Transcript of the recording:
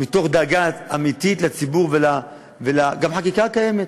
מתוך דאגה אמיתית לציבור, וגם החקיקה הקיימת.